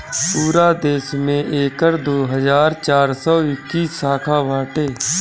पूरा देस में एकर दो हज़ार चार सौ इक्कीस शाखा बाटे